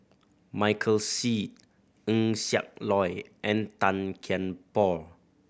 Michael Seet Eng Siak Loy and Tan Kian Por